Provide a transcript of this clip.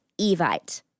Evite